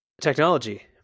technology